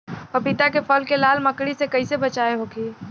पपीता के फल के लाल मकड़ी से कइसे बचाव होखि?